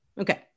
Okay